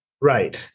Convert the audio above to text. Right